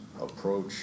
approach